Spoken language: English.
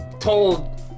told